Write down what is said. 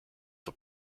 for